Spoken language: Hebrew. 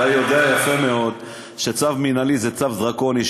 אתה יודע יפה מאוד שצו מינהלי זה צו דרקוני,